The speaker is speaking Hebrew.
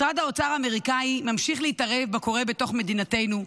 משרד האוצר האמריקאי ממשיך להתערב בקורה בתוך מדינתנו,